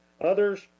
Others